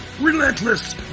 Relentless